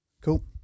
cool